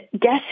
guess